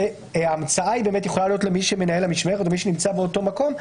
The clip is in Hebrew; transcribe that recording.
שההמצאה יכולה להיות למנהל המשמרת או למי שנמצא באותו מקום,